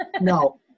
No